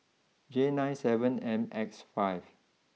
J nine seven M X five